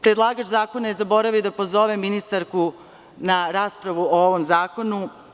Predlagač zakona je zaboravio da pozove ministarku na raspravu o ovom zakonu.